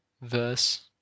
verse